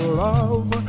love